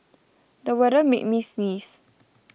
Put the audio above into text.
the weather made me sneeze